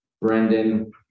Brendan